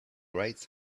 right